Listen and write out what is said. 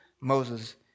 Moses